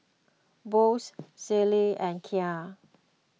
Boost Sealy and Kia